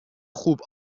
خوب